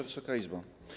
Wysoka Izbo!